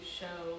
show